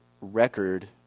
record